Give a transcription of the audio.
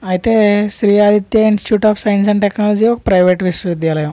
అయితే Sri Aditya institute of science and technology ఒక private విశ్వవిద్యాలయం